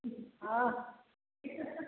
हाँ